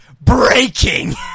BREAKING